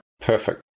Perfect